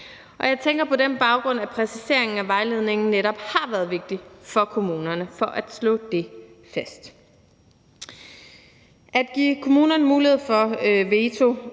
Jeg tænker på den baggrund, at præciseringen af vejledningen netop har været vigtig for kommunerne for at slå det fast. At give kommunerne mulighed for veto,